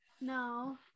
No